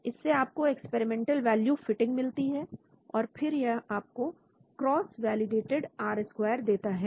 तो इससे आपको एक्सपेरिमेंटल वैल्यू फिटिंग मिलती है और फिर यह आपको क्रॉस वैलिडेटेड आर स्क्वायर देता है